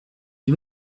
des